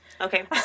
Okay